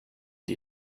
die